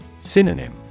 Synonym